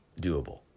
doable